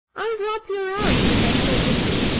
i'll drop your arm, she said coquettishly,